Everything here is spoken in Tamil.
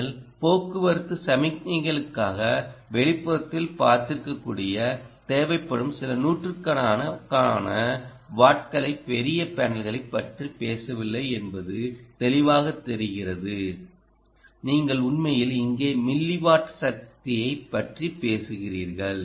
நீங்கள் போக்குவரத்து சமிக்ஞைகளுக்காக வெளிப்புறத்தில் பார்த்திருக்கக்கூடிய தேவைப்படும் சில நூற்றுக்கணக்கான வாட்களைப் பெரிய பேனல்களைப் பற்றி பேசவில்லை என்பது தெளிவாகத் தெரிகிறது நீங்கள் உண்மையில் இங்கே மில்லிவாட் சக்தியைப் பற்றி பேசுகிறீர்கள்